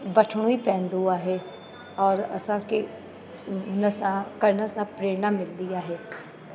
वठिणो ई पवंदो आहे और असांखे हिन सां करण सां प्रेरणा मिलंदी आहे